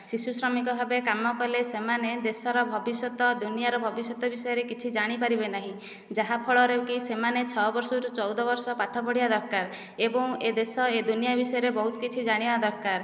ଶିଶୁ ଶ୍ରମିକ ଭାବେ କାମ କଲେ ସେମାନେ ଦେଶର ଭବିଷ୍ୟତ ଦୁନିଆର ଭବିଷ୍ୟତ ବିଷୟରେ କିଛି ଜାଣିପାରିବେ ନାହିଁ ଯାହାଫଳରେକି ସେମାନେ ଛଅ ବର୍ଷରୁ ଚଉଦ ବର୍ଷ ପାଠ ପଢ଼ିବା ଦରକାର ଏବଂ ଏ ଦେଶ ଏ ଦୁନିଆ ବିଷୟରେ ବହୁତ କିଛି ଜାଣିବା ଦରକାର